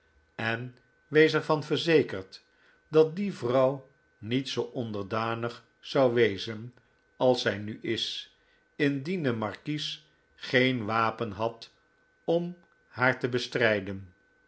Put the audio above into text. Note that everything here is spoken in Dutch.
en wees er van verzekerd dat die vrouw niet zoo onderdanig zou wezen als zij nu is indien de markies geen wapen had om haar te bestrijden